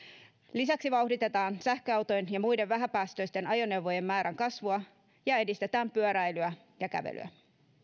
lisäksi vauhditetaan sähköautojen ja muiden vähäpäästöisten ajoneuvojen määrän kasvua ja edistetään pyöräilyä ja kävelyä